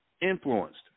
influenced